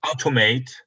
automate